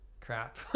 crap